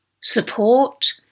support